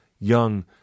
young